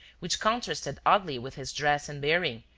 which contrasted oddly with his dress and bearing,